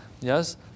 Yes